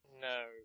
No